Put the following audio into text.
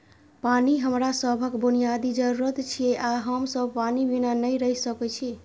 पानि हमरा सभक बुनियादी जरूरत छियै आ हम सब पानि बिना नहि रहि सकै छी